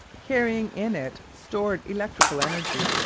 carrying in it stored electrical energy,